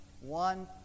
one